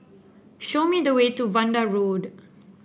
show me the way to Vanda Road